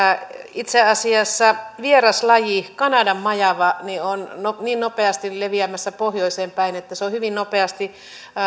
itse asiassa vieraslaji kanadanmajava on niin nopeasti leviämässä pohjoiseen päin että se on hyvin nopeasti